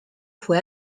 fue